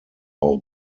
auch